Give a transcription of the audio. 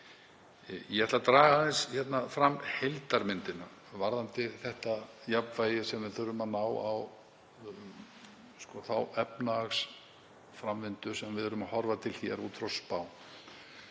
Ég ætla að draga aðeins fram heildarmyndina varðandi það jafnvægi sem við þurfum að ná á þá efnahagsframvindu sem við horfum til hér út frá spám,